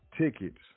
tickets